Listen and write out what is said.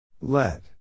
Let